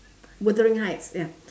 wuthering heights ya